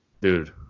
dude